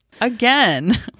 Again